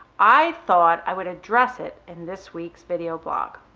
i thought i would address it in this week's video blog.